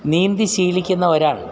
നീന്തി ശീലിക്കുന്ന ഒരാൾ